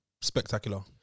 Spectacular